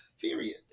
Period